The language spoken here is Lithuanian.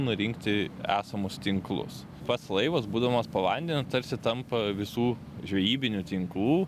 nurinkti esamus tinklus pats laivas būdamas po vandeniu tarsi tampa visų žvejybinių tinklų